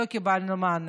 לא קיבלנו מענה.